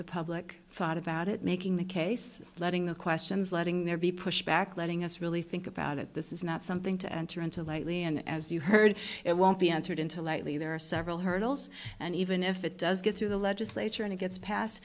the blick thought about it making the case letting the questions letting there be push back letting us really think about it this is not something to enter into lightly and as you heard it won't be entered into lightly there are several hurdles and even if it does get through the legislature and it gets passed